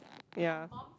ya